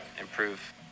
improve